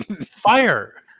Fire